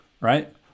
right